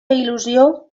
il·lusió